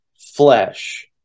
flesh